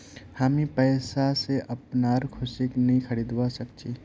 हामी पैसा स अपनार खुशीक नइ खरीदवा सख छि